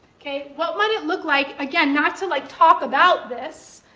what might it look like, again, not to like talk about this,